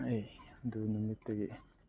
ꯑꯩ ꯑꯗꯨꯒꯤ ꯅꯨꯃꯤꯠꯇꯒꯤ